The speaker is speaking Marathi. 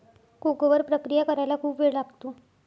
कोको वर प्रक्रिया करायला खूप वेळ लागतो